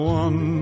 one